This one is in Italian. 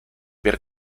per